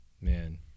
Man